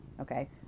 Okay